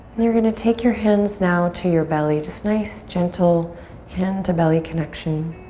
and you're gonna take your hands now to your belly. just nice, gentle hand to belly connection.